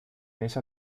esa